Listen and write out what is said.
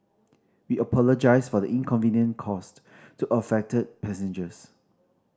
we apologise for the inconvenient caused to affected passengers